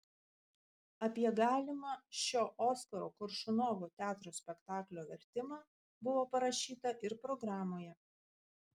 apie galimą šio oskaro koršunovo teatro spektaklio vertimą buvo parašyta ir programoje